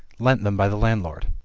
lent them by the landlord.